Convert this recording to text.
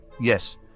Yes